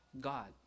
God